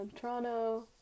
Toronto